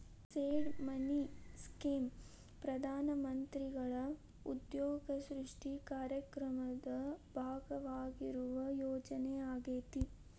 seed money scheme ಪ್ರಧಾನ ಮಂತ್ರಿಗಳ ಉದ್ಯೋಗ ಸೃಷ್ಟಿ ಕಾರ್ಯಕ್ರಮದ ಭಾಗವಾಗಿರುವ ಯೋಜನೆ ಆಗ್ಯಾದ